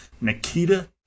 Nikita